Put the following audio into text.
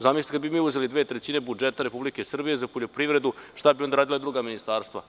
Zamislite kada bi mi uzeli 2/3 budžeta Republike Srbije za poljoprivredu, šta bi radila druga ministarstva.